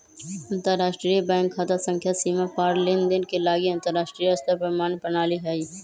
अंतरराष्ट्रीय बैंक खता संख्या सीमा पार लेनदेन के लागी अंतरराष्ट्रीय स्तर पर मान्य प्रणाली हइ